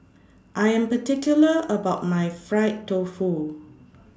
I Am particular about My Fried Tofu